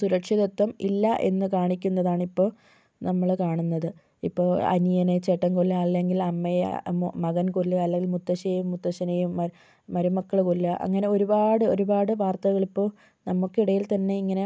സുരക്ഷിതത്വം ഇല്ല എന്ന് കാണിക്കുന്നതാണ് ഇപ്പോൾ നമ്മൾ കാണുന്നത് ഇപ്പം അനിയനെ ചേട്ടൻ കൊല്ലുക അല്ലെങ്കിൽ അമ്മയെ മകൻ കൊല്ലുക അല്ലെങ്കിൽ മുത്തശ്ശിയെയും മുത്തശ്ശനെയും മരു മരുമക്കൾ കൊല്ലുക അങ്ങനെ ഒരുപാട് ഒരുപാട് വാർത്തകളിപ്പോൾ നമുക്കിടയിൽ തന്നെ ഇങ്ങനെ